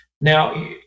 Now